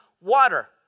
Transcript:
water